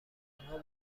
آنها